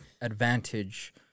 advantage